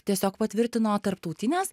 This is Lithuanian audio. tiesiog patvirtino tarptautines